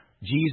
Jesus